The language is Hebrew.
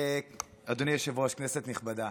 אדוני היושב-ראש, כנסת נכבדה,